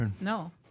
No